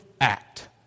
act